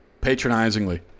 patronizingly